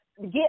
get